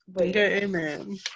Amen